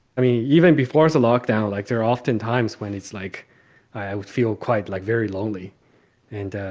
i mean, even before us, a lockdown like there are often times when it's like i would feel quite like very lonely and.